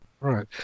right